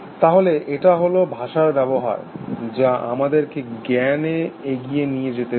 তাহলে এটা হল ভাষার ব্যবহার যা আমাদেরকে জ্ঞাণ এগিয়ে নিয়ে যেতে দেয়